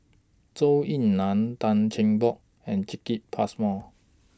Zhou Ying NAN Tan Cheng Bock and Jacki Passmore